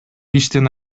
иштин